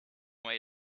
way